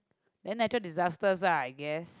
then natural disasters lah I guess